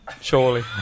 surely